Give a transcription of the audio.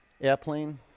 Airplane